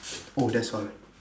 oh that's all